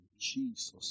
Jesus